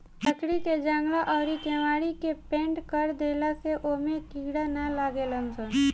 लकड़ी के जंगला अउरी केवाड़ी के पेंनट कर देला से ओमे कीड़ा ना लागेलसन